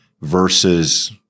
versus